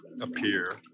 appear